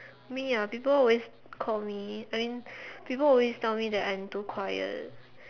me ah people also call me I mean people always tell me that I'm too quiet